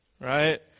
right